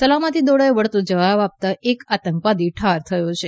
સલામતી દળોએ વળતો જવાબ આપતા એક આતંકવાદી ઠાર થયો છે